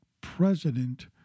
president